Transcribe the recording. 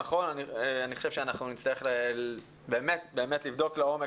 אני חושב שאנחנו נצטרך באמת לבדוק לעומק